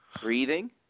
breathing